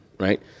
Right